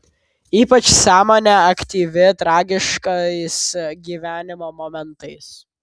ypač sąmonė aktyvi tragiškais gyvenimo momentais